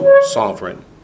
sovereign